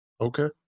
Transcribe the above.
Okay